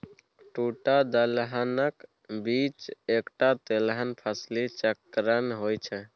दूटा दलहनक बीच एकटा तेलहन फसली चक्रीकरण होए छै